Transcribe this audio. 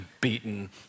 beaten